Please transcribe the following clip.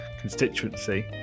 constituency